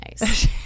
nice